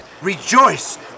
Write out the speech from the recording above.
Rejoice